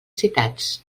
citats